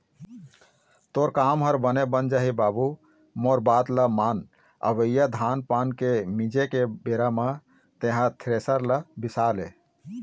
तोर काम ह बने बन जाही बाबू मोर बात ल मान अवइया धान पान के मिंजे के बेरा म तेंहा थेरेसर ल बिसा ले